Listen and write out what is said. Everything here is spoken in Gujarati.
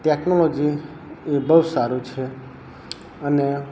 ટેકનોલોજી એ બહુ સારું છે અને